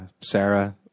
Sarah